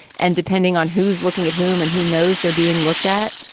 and depending on who's looking at whom and who knows, they're being looked at.